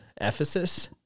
Ephesus